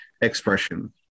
expression